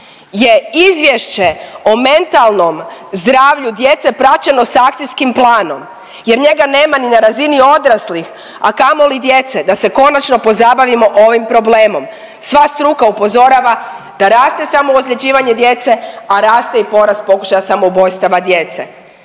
je izvješće o mentalnom zdravlju djece praćeno sa akcijskim planom, jer njega nema ni na razini odraslih, a kamoli djece, da se konačno pozabavimo ovim problemom. Sva struka upozorava da raste samoozljeđivanje djece, a raste i porast pokušaja samoubojstava djece.